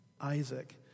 Isaac